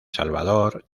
salvador